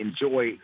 enjoy